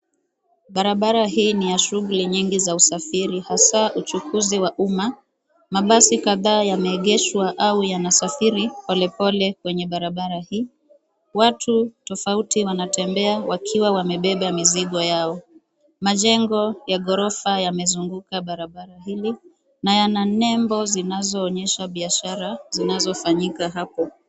Barabara hii ni ya shughuli nyingi za usafiri hasa uchukuzi wa umma, mabasi kadhaa yameegeshwa au yanasafiri polepole kwenye barabara hii. Watu tofauti wanatembea wakiwa wamebeba mizigo yao. Majengo ya ghorofa yamezunguka barabara hili na yana nembo zinazoonyesha biashara zinazofanyika hapo.